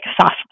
soft